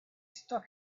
stuck